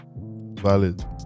valid